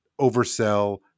oversell